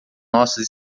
nossas